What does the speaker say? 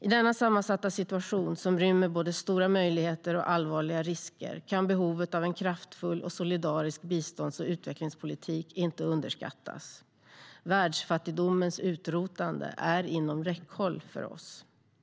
I denna sammansatta situation, som rymmer både stora möjligheter och allvarliga risker, kan behovet av en kraftfull och solidarisk bistånds och utvecklingspolitik inte underskattas. Världsfattigdomens utrotande är inom räckhåll för oss.